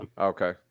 Okay